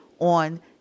on